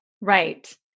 Right